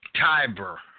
Tiber